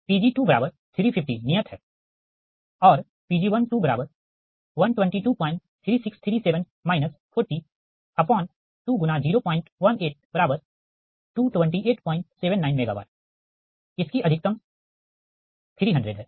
Pg2350 नियत है और Pg11223637 402×01822879 MW इसकी अधिकतम 300 है